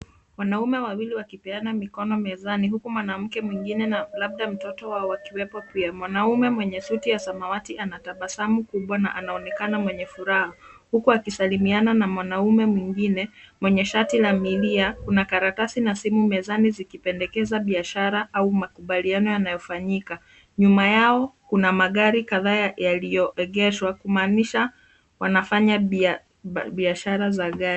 Wanaume wawili wakipeana mikono mezani huku mwanamke mwingine na labda mtoto wa wakiwepo pia. Mwanaume mwenye suti ya samawati anatabasamu kubwa na anaonekana mwenye furaha, huku akisalimiana na mwanaume mwingine, mwenye shati na milia, kuna karatasi na simu mezani zikipendekeza biashara au makubaliano yanayofanyika. Nyuma yao kuna magari kadhaa yaliyoegeshwa, kumaanisha wanafanya biashara za gari.